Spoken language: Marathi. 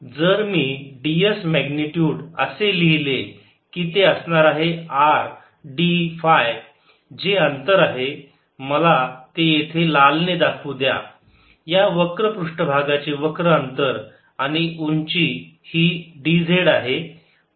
तर जर मी ds मॅग्निट्युड असे लिहिले की ते असणार आहे R d फाय जे हे अंतर आहे मला ते येथे लाल ने दाखवू द्या या वक्र पृष्ठभागाचे वक्र अंतर आणि उंची ही dz आहे